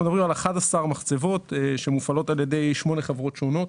אנחנו מדברים על 11 מחצבות שמופעלות על-ידי שמונה חברות שונות.